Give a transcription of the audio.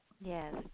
yes